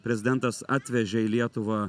prezidentas atvežė į lietuvą